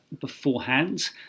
beforehand